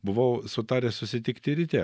buvau sutaręs susitikti ryte